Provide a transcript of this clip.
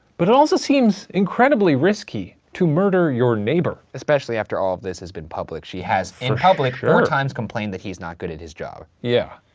but it also seems incredibly risky to murder your neighbor. especially after all of this has been public. she has, in public, four ah times complained that he's not good at his job. yeah.